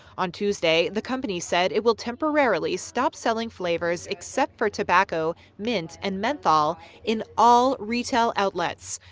on tuesday, the company said it will temporarily stop selling flavors, except for tobacco, mint, and menthol in all retail outlets.